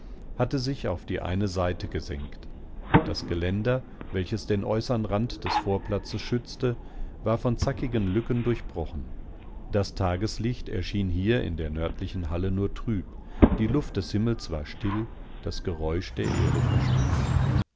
hatte sich auf die eine seite gesenkt das geländer welches den äußern rand des vorplatzes schützte war von zackigen lücken durchbrochen das tageslicht erschien hierindernördlichenhallenurtrüb dieluftdeshimmelswarstill dasgeräuschder erdeverstummt verstummt